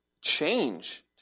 change